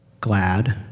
glad